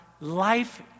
life